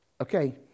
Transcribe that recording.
Okay